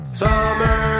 summer